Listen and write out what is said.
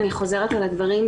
אני חוזרת על הדברים,